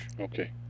Okay